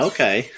Okay